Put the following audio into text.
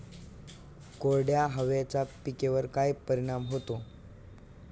कोरड्या हवेचा पिकावर काय परिणाम होतो?